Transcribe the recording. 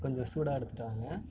கொஞ்சம் சூடாக எடுத்துகிட்டு வாங்க